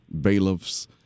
bailiffs